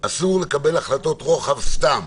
אסור לקבל החלטות רוחב סתם.